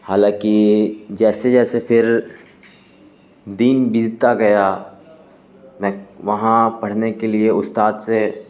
حالانکہ جیسے جیسے پھر دن بجتا گیا میں وہاں پڑھنے کے لیے استاد سے